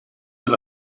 alla